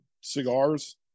cigars